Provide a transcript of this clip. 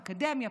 אקדמיה,